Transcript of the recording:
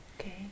okay